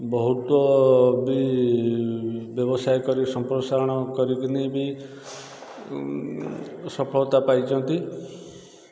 ବହୁତ ବି ବ୍ୟବସାୟ କରି ସମ୍ପ୍ରସାରଣ କରିକି ବି ସଫଳତା ପାଇଛନ୍ତି